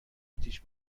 اتیش